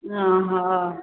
हॅंं हॅं